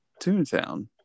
Toontown